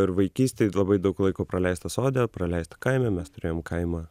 ir vaikystėj labai daug laiko praleisto sode praleista kaime mes turėjom kaimą